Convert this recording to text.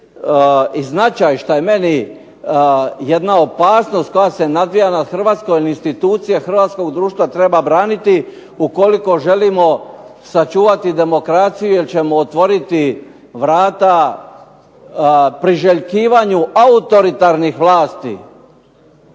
značaj, što je meni jedna opasnost koja se nadvija nad Hrvatskom, institucije Hrvatskog društva treba braniti ukoliko želimo sačuvati demokraciju jer ćemo otvoriti vrata priželjkivanju autoritarnih vlasti.